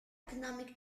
economic